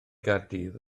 gaerdydd